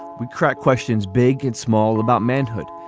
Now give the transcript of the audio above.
we crack questions big and small about manhood.